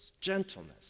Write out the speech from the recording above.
gentleness